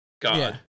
God